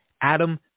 Adam